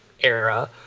era